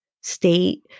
state